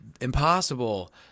impossible